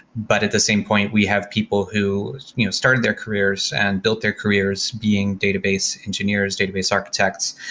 but at the same point we have people who started their careers and built their careers being database engineers, database architects,